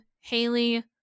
Haley